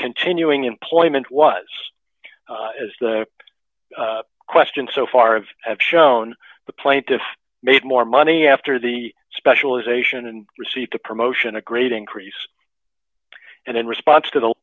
continuing employment was as the question so far have shown the plaintiff made more money after the specialization and received a promotion a great increase and in response to the